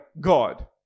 God